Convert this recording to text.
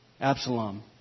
Absalom